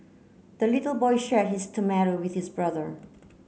the little boy shared his tomato with his brother